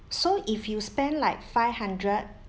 so if you spend like five hundred